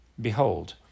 behold